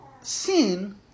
sin